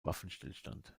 waffenstillstand